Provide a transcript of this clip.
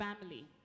family